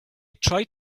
tried